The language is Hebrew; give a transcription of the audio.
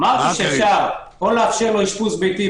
אפשר או לאפשר לו אשפוז ביתי,